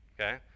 okay